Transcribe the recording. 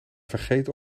vergeten